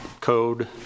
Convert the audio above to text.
code